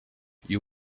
you